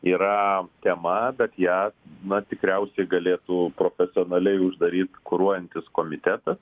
yra tema bet ją na tikriausiai galėtų profesionaliai uždaryt kuruojantis komitetas